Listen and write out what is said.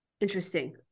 Interesting